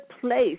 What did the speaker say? place